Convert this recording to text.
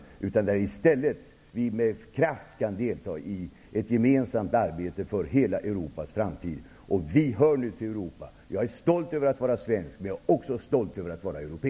I stället skall vi med kraft delta i ett gemensamt arbete för hela Europas framtid. Vi hör nu till Europa. Jag är stolt över att vara svensk, och jag är också stolt över att vara europé.